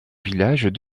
villages